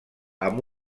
amb